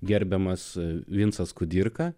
gerbiamas vincas kudirka